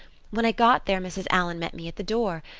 when i got there mrs. allan met me at the door.